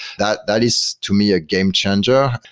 that that is to me a game changer.